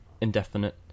indefinite